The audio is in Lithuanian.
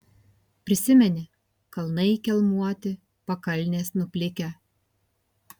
prisimeni kalnai kelmuoti pakalnės nuplikę